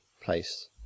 place